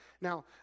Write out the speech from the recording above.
Now